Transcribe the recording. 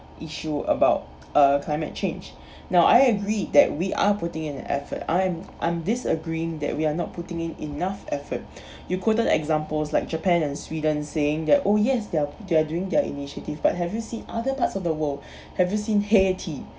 issue about uh climate change now I agree that we are putting in an effort I'm I'm disagreeing that we are not putting in enough effort you couldn't examples like japan and sweden saying that oh yes they're they're doing their initiative but have you see other parts of the world have you seen haiti